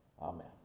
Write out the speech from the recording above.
amen